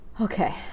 Okay